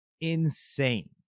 insane